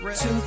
Two